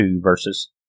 verses